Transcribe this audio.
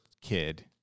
kid